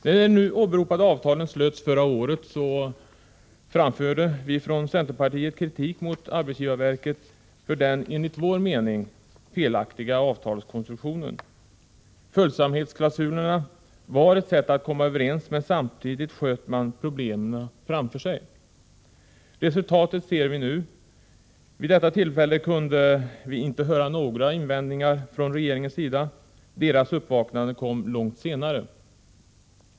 När de nu åberopade avtalen slöts förra året framförde vi från centerpartiet kritik mot arbetsgivarverket för den enligt vår mening felaktiga avtalskonstruktionen. Följsamhetsklausulerna var ett sätt att komma överens, men samtidigt sköt man problemen framför sig. Resultatet ser vi nu. Vid detta tillfälle kunde vi inte höra några invändningar från regeringens sida. Uppvaknandet kom långt senare.